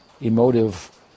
emotive